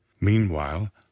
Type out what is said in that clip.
Meanwhile